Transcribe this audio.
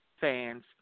fans